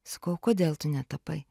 sakau kodėl tu netapai